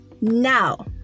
Now